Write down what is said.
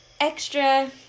extra